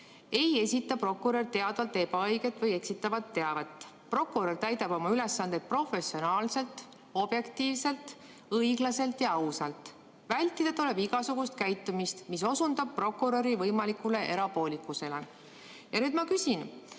ei esita prokurör teadvalt ebaõiget või eksitavat teavet. Prokurör täidab oma ülesandeid professionaalselt, objektiivselt, õiglaselt ja ausalt. Vältida tuleb igasugust käitumist, mis osutab prokuröri võimalikule erapoolikusele. Ja nüüd ma küsin: